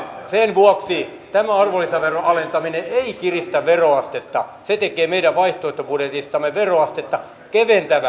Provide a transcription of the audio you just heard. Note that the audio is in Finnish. sen vuoksi tämä arvonlisäveron alentaminen ei kiristä veroastetta se tekee meidän vaihtoehtobudjetistamme veroastetta keventävän